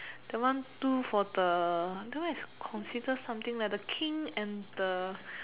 that one do for the that one is confidence something one the King and the